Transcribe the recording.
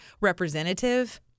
representative